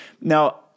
Now